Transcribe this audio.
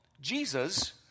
Jesus